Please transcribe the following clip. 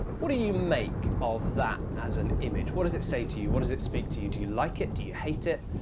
what do you you make of that as an image? what does it say to you? what does it speak to you? do you like it? do you hate it?